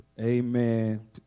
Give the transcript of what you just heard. Amen